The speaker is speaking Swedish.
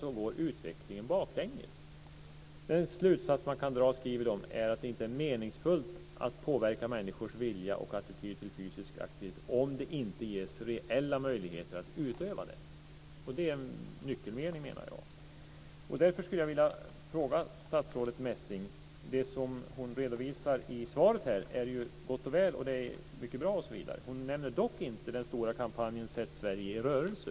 De skriver att en slutsats som man kan dra är att det inte är meningsfullt att påverka människors vilja och attityd till fysisk aktivitet om det inte ges reella möjligheter att utöva den. Jag menar att det är en nyckelmening. Därför skulle jag vilja säga till statsrådet Messing att det som hon redovisar i svaret är gott och väl. Det är mycket bra osv. Hon nämner dock inte den stora kampanjen Sätt Sverige i rörelse.